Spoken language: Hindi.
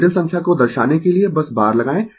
जटिल संख्या को दर्शाने के लिए बस बार लगाएं